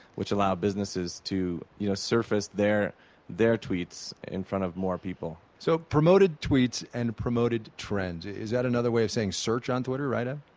which allow businesses to you know surface their their tweets in front of more people so, promoted tweets and promoted trends, is that another way of saying search on twitter, evan? ah